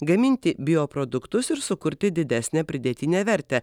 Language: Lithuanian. gaminti bioproduktus ir sukurti didesnę pridėtinę vertę